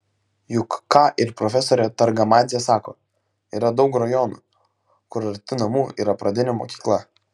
juk ką ir profesorė targamadzė sako yra daug rajonų kur arti namų yra pradinė mokykla